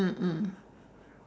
mm mm